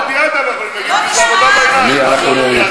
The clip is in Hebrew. זה עבודה בעיניים,